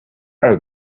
are